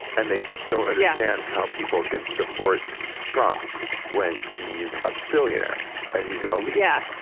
and they just don't understand how people can support trump when he's a billionaire and he isn't a leader. yeah